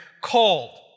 called